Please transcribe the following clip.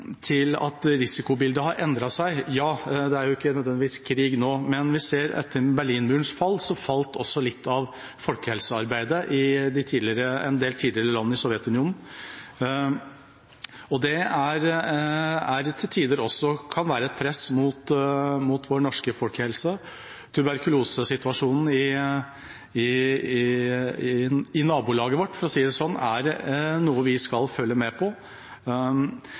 at risikobildet har endret seg. Det er ikke nødvendigvis krig nå, men vi ser at etter Berlinmurens fall, falt også litt av folkehelsearbeidet i en del land i tidligere Sovjetunionen. Det kan til tider være et press mot vår norske folkehelse. Tuberkulosesituasjonen i nabolaget vårt – for å si det sånn – er noe vi skal følge med på,